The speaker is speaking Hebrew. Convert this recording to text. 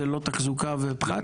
זה ללא תחזוקה ופחת?